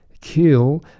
kill